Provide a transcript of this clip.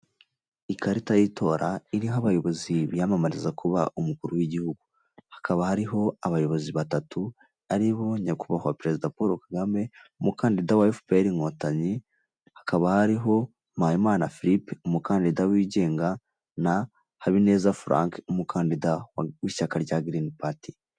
Ikarita y'itora iriho abayobozi biyamamariza kuba umukuru w'igihugu hakaba hariho abayobozi batatu aribo nyakubahwa perezida Paul Kagame umukandida wa FPR Inkotanyi hakaba hariho Mpayimana Philippe umukandida wigenga na Habineza Frank umukandida w'ishyaka rya green party.